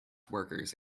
workers